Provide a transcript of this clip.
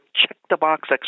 check-the-box